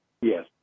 Yes